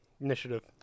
initiative